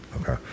Okay